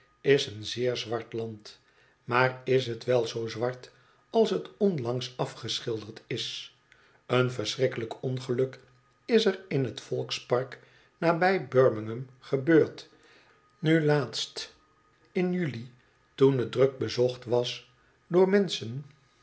is een zeer zwart land maai is t wel zoo zwart als t onlangs afgeschilderd is een verschrikkelijk ongeluk is er in t volkspark nabij birmingham gebeurd nu laatst in juli toen t druk bezocht was door menscheu